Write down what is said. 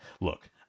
Look